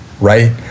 right